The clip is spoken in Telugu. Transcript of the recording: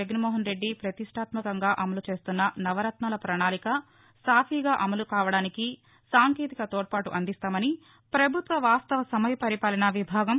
జగన్మోహన్రెడ్డి పతిష్టాత్మకంగా అమలు చేస్తున్న నవరత్నాల పణాళిక సాఫీ గా అమలు కావడానికి సాంకేతిక తోడ్పాటు అందిస్తామని పభుత్వ వాస్తవ సమయ పాలనా విభాగం